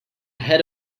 head